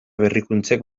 berrikuntzek